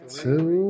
two